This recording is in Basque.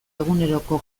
eguneroko